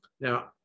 Now